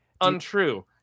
Untrue